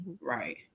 right